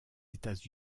états